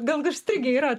gal užstrigę yra